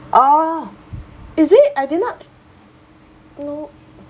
oh is it I did not know